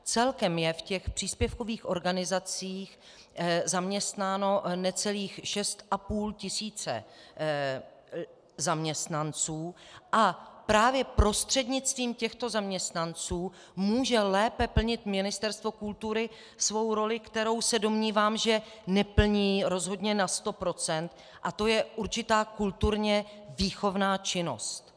Celkem je v příspěvkových organizacích zaměstnáno necelých 6,5 tisíce zaměstnanců a právě prostřednictvím těchto zaměstnanců může lépe plnit Ministerstvo kultury svou roli, kterou se domnívám, že neplní rozhodně na sto procent, a to je určitá kulturně výchovná činnost.